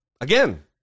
again